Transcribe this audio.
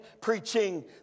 preaching